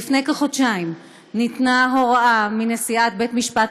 לפני כחודשיים ניתנה הוראה מנשיאת בית-המשפט